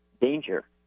danger